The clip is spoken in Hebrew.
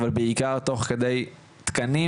אבל בעיקר תוך כדי תקנים,